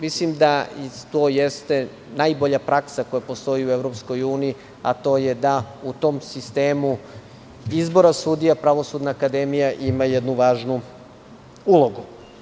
Mislim da to jeste najbolja praksa koja postoji u Evropskoj uniji, a to je da u tom sistemu izbora sudija, Pravosudna akademija ima jednu važnu ulogu.